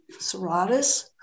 Serratus